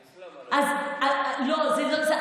האסלאם, לא, זה לא זה.